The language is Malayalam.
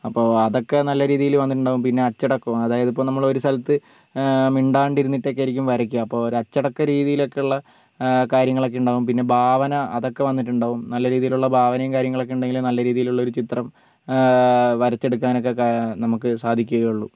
അപ്പോൾ അതൊക്കെ നല്ല രീതിയിൽ വന്നിട്ടുണ്ടാകും പിന്നെ അച്ചടക്കവും അതായത് ഇപ്പോൾ നമ്മൾ ഒരു സ്ഥലത്ത് മിണ്ടാണ്ടിരിന്നിട്ടൊക്കെ ആയിരിക്കും വരയ്ക്കുക അപ്പോൾ ഒരു അച്ചടക്ക രീതിയിലൊക്കെയുള്ള കാര്യങ്ങളൊക്കെ ഉണ്ടാവും പിന്നെ ഭാവന അതൊക്കെ വന്നിട്ടുണ്ടാവും നല്ല രീതിയിലുള്ള ഭാവനയും കാര്യങ്ങളൊക്കെ ഉണ്ടങ്കിലേ നല്ല രീതിയിലുള്ള ഒരു ചിത്രം വരച്ചെടുക്കാനൊക്കെ നമുക്ക് സാധിക്കുകയുള്ളു